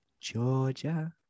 Georgia